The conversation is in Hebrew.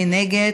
מי נגד?